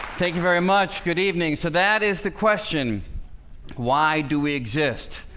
very much good evening so that is the question why do we exist